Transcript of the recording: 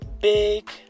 big